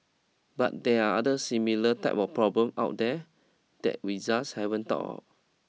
but there are other similar type of problems out there that we just haven't thought of